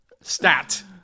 Stat